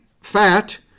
fat